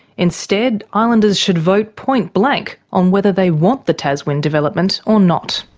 instead, islanders should vote point blank on whether they want the taswind development or not.